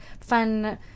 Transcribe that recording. fun